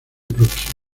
próximo